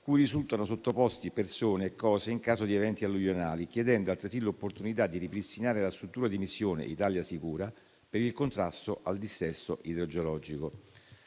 cui risultano sottoposte persone e cose in caso di eventi alluvionali, chiedendo altresì l'opportunità di ripristinare la struttura di missione ItaliaSicura per il contrasto al dissesto idrogeologico.